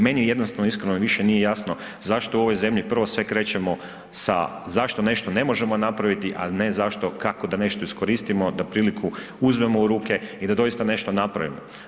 Meni jednostavno i iskreno više nije jasno zašto u ovoj zemlji prvo sve krećemo sa zašto nešto ne možemo napraviti, a ne zašto kako da nešto iskoristimo, da priliku uzmemo u ruke i da doista nešto napravimo.